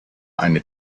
eine